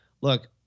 Look